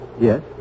Yes